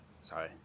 sorry